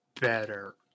better